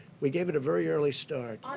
we gave it a very early start.